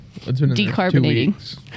Decarbonating